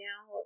Now